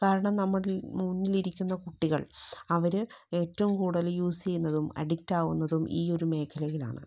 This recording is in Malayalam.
കാരണം നമ്മുടെ മുന്നിലിരിക്കുന്ന കുട്ടികൾ അവർ ഏറ്റവും കൂടുതൽ യൂസ് ചെയ്യുന്നതും അഡിക്റ്റ് ആകുന്നതും ഈ ഒരു മേഖലയിലാണ്